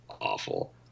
awful